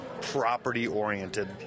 property-oriented